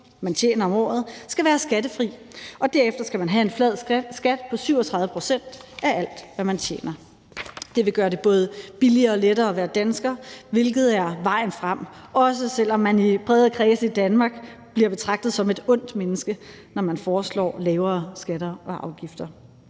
man tjener om året, skal være skattefri, og derefter skal man have en flad skat på 37 pct. af alt, hvad man tjener. Det vil gøre det både billigere og lettere at være dansker, hvilket er vejen frem, også selv om man i bredere kredse i Danmark bliver betragtet som et ondt menneske, når man foreslår lavere skatter og afgifter.